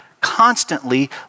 constantly